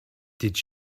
did